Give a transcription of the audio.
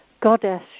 goddess